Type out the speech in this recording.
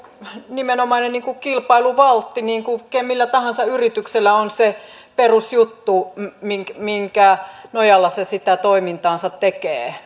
nimenomainen kilpailuvaltti niin kuin millä tahansa yrityksellä on se perusjuttu minkä minkä nojalla se sitä toimintaansa tekee